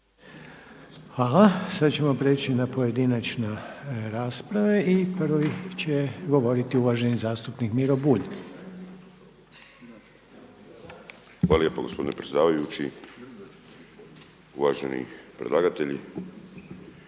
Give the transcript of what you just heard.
Hvala. Sada ćemo prijeći na pojedinačne rasprave i prvi će govoriti uvaženi zastupnik Miro Bulj. **Bulj, Miro (MOST)** Hvala lijepo gospodine predsjedavajući. Uvaženi predlagatelji.